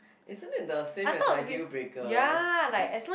isn't it the same as my deal breakers just